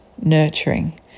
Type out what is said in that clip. nurturing